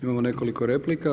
Imamo nekoliko replika.